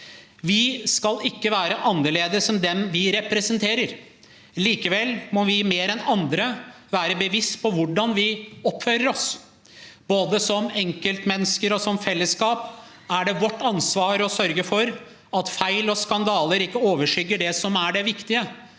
Vi skal ikke være annerledes enn dem vi representerer. Likevel må vi, mer enn andre, være bevisste på hvordan vi oppfører oss. Både som enkeltmennesker og som fellesskap er det vårt ansvar å sørge for at feil og skandaler ikke overskygger det som er det viktige: